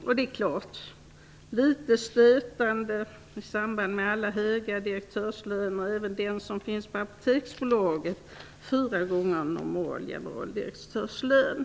Och på tal om alla höga direktörslöner är självfallet även den som finns på Apoteksbolaget litet stötande, fyra gånger en normal generaldirektörslön.